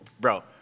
Bro